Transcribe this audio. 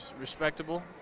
respectable